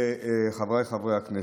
חבריי חברי הכנסת,